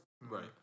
Right